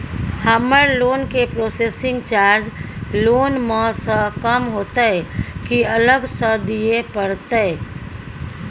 हमर लोन के processing charge loan म स कम होतै की अलग स दिए परतै?